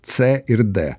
c ir d